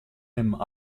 him